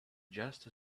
just